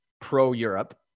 pro-Europe